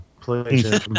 Please